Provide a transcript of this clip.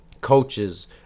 coaches